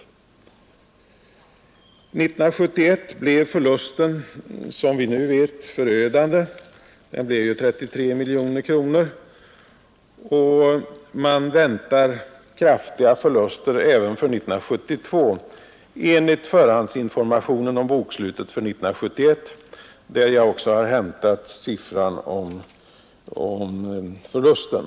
År 1971 blev förlusten såsom vi nu vet förödande — den blev 33 miljoner kronor — och man väntar kraftiga förluster även 1972 enligt förhandsinformationen om bokslutet för 1971, ur vilken jag har hämtat siffrorna för förlusten.